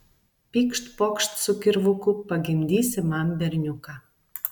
pykšt pokšt su kirvuku pagimdysi man berniuką